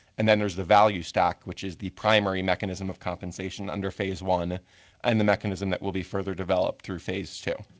and then there is the value stack which is the primary mechanism of compensation under phase one and the mechanism that will be further developed through phase two.